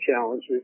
challenges